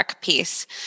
piece